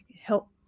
help